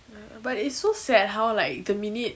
uh but it's so sad how like the minute